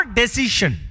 decision